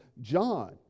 John